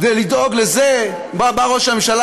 כדי לדאוג לזה בא ראש הממשלה,